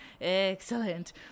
Excellent